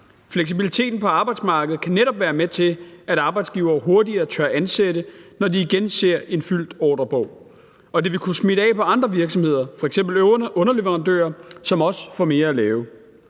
Fleksibiliteten på arbejdsmarkedet kan netop være med til, at arbejdsgivere hurtigere tør ansætte, når de igen ser en fyldt ordrebog, og det vil kunne smitte af på andre virksomheder, f.eks. underleverandører, som også får mere at lave.